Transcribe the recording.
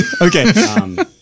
Okay